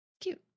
Cute